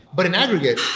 but in aggregate,